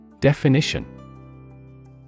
Definition